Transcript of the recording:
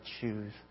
choose